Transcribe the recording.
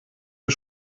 wir